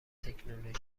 تکنولوژی